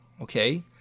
Okay